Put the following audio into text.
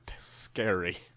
scary